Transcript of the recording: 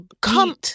come